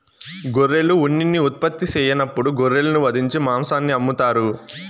గొర్రెలు ఉన్నిని ఉత్పత్తి సెయ్యనప్పుడు గొర్రెలను వధించి మాంసాన్ని అమ్ముతారు